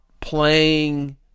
playing